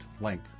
link